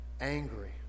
angry